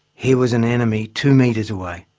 here was an enemy two metres away.